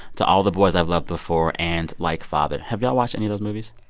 to all the boys i've loved before and like father. have y'all watched any of those movies?